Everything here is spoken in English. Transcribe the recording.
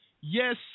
Yes